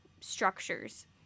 structures